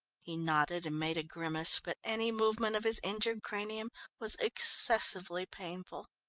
he nodded and made a grimace, but any movement of his injured cranium was excessively painful.